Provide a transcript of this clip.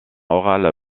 oral